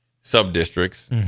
sub-districts